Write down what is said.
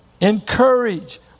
Encourage